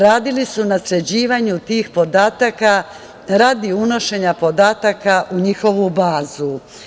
Radili su na sređivanju tih podataka radi unošenja podataka u njihovu bazu.